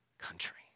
country